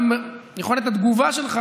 ויכולת התגובה שלך,